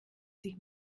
sich